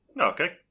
Okay